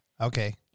Okay